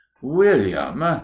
William